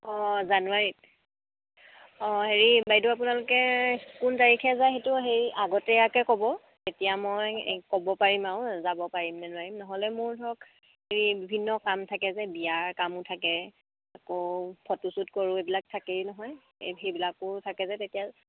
অঁ জানুৱাৰীত অঁ হেৰি বাইদেউ আপোনালোকে কোন তাৰিখে যায় সেইটো হেৰি আগতীয়াকে ক'ব তেতিয়া মই ক'ব পাৰিম আৰু যাব পাৰিমনে নোৱাৰিম নহ'লে মোৰ ধৰক হেৰি বিভিন্ন কাম থাকে যে বিয়াৰ কামো থাকে আকৌ ফটো শ্বুট কৰোঁ এইবিলাক থাকেই নহয় এই সেইবিলাকো থাকে যে তেতিয়া